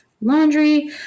laundry